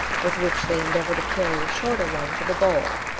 with which they endeavor to carry a shorter one to the goal.